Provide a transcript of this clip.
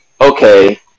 okay